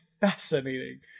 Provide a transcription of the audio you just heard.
fascinating